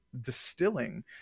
distilling